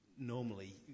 normally